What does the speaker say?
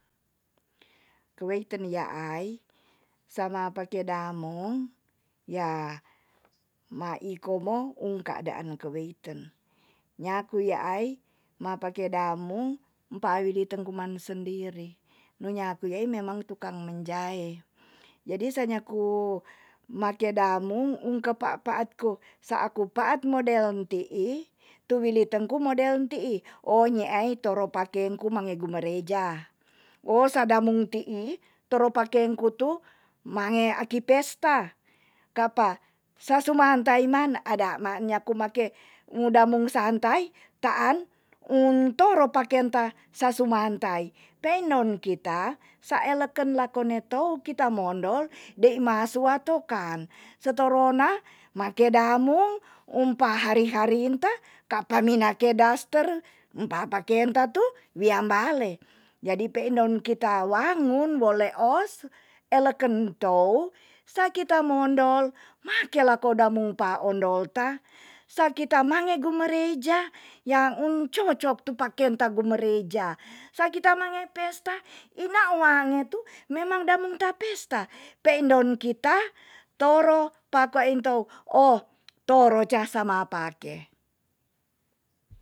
Keweiten yaai sama pake damung ya ma iko mo un keadaan keweiten. nyaku yaai ma pake damung empa wiliten kuman sendiri. nu nyaku nyaai memang tukang menjae. jadi sa nyaku make damung un kepa paatku saa ku paat model ti'i tuwiliten ku model ti'i. o nyeai toro paken ku mange gumereja. wos sa damung ti'i toro paken ku tu mange aki pesta, kapa sasumaan tai man ada ma nyaku make u damung santai taan un toro pakenta sasumantai. peindon kita, sa elekan lakone tou kita mondol dei masua tokan. seterona make damung um pahari hari inta kapa minake daster um papakenta tu wian bale. jadi peindon kita wangun weleos, eleken tou sa kita mondol, make la kodamung pa ondol ta. sakita mange gumereja ya un cocok tu pakenta gumereja. sakita mange pesta ina wange tu memang damung ta pesta, peindon kita toro pakwa intou o toro ca sama pake.